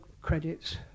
credits